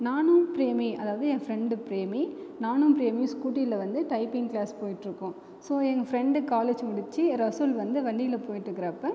நானும் பிரேமி அதாவது என் ஃபிரண்டு பிரேமி நானும் பிரேமியும் ஸ்கூட்டியில வந்து டைப்பிங் கிளாஸ் போயிட்டுருக்கோம் ஸோ எங்கள் ஃபிரண்டு காலேஜ் முடித்து ரசூல் வந்து வண்டியில் போயிட்டு இருக்கிறப்ப